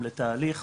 לתהליך